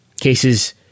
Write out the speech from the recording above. Cases